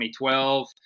2012